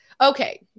Okay